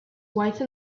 wife